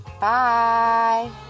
Bye